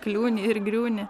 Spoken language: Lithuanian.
kliūni ir griūni